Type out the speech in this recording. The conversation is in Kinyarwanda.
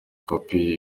kopi